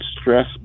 stress